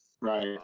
right